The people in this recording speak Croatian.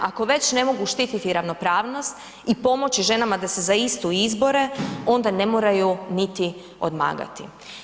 Ako već ne mogu štititi ravnopravnost i pomoći ženama da se za istu izbore onda ne moraju niti odmagati.